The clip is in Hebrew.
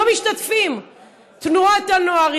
תנועות הנוער,